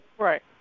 Right